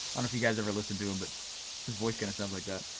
um if you guys ever listened to him but his voice kinda sounds like that.